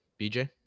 BJ